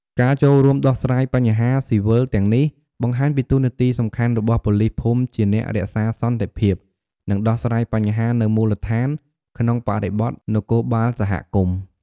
ការចូលរួមដោះស្រាយបញ្ហាស៊ីវិលទាំងនេះ បង្ហាញពីតួនាទីសំខាន់របស់ប៉ូលីសភូមិជាអ្នករក្សាសន្តិភាព និងដោះស្រាយបញ្ហានៅមូលដ្ឋាន ក្នុងបរិបទនគរបាលសហគមន៍។